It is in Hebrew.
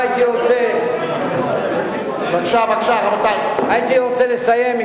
שומע, בבקשה, אם מאיר שטרית מסכים.